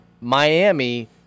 Miami